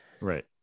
Right